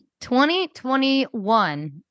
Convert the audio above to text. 2021